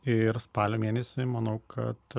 ir spalio mėnesį manau kad